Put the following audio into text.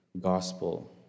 gospel